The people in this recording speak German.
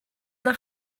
nach